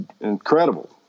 incredible